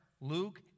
Luke